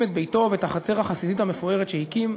את ביתו ואת החצר החסידית המפוארת שהקים,